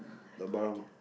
the barang